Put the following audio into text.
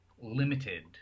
limited